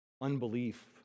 unbelief